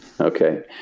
Okay